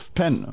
pen